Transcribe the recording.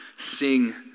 sing